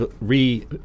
re